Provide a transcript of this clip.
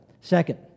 Second